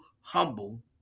humble